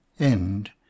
End